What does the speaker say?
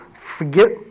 forget